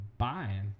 buying